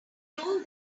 told